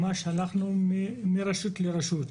ממש הלכנו מרשות לרשות.